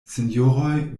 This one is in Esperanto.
sinjoroj